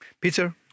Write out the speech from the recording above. Peter